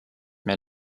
mehr